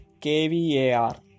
kvar